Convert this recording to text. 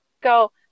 Go